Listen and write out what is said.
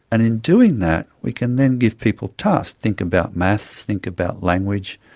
and in doing that we can then give people tasks think about maths, think about language,